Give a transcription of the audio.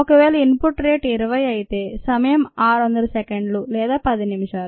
ఒకవేళ input rate 20 అయితే సమయం 600 సెకండ్లు లేదా 10 నిమిషాలు